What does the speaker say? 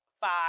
five